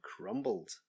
crumbled